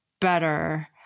better